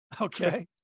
Okay